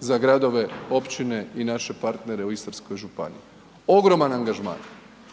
za gradove, općine i naše partnere u Istarskoj županiji, ogroman angažman,